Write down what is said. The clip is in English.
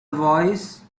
voice